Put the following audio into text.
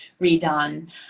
redone